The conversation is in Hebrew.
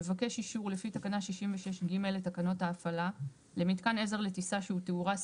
מבקש אישור לפי תקנה 66(ג) לתקנות ההפעלה למתקן עזר לטיסה שהוא תאורה,